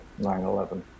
9-11